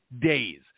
days